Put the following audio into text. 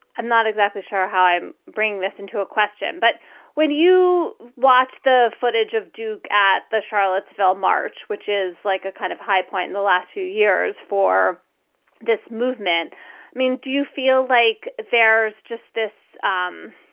i'm not exactly sure how i'm bringing this into a question, but when you watch the footage of duke at the charlottesville march, which is like a kind of high point in the last few years for this movement, i mean, do you feel like there's just this? um